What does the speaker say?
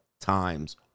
times